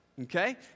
okay